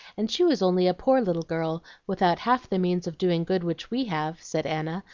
and she was only a poor little girl without half the means of doing good which we have, said anna,